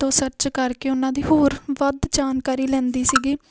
ਤੋਂ ਸਰਚ ਕਰਕੇ ਉਹਨਾਂ ਦੀ ਹੋਰ ਵੱਧ ਜਾਣਕਾਰੀ ਲੈਂਦੀ ਸੀਗੀ